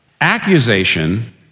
Accusation